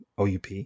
OUP